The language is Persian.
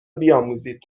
بیاموزید